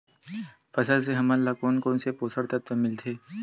फसल से हमन ला कोन कोन से पोषक तत्व मिलथे?